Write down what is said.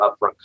upfront